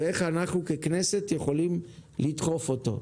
ואיך אנחנו ככנסת יכולים לדחוף אותו.